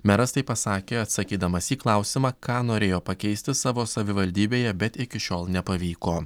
meras tai pasakė atsakydamas į klausimą ką norėjo pakeisti savo savivaldybėje bet iki šiol nepavyko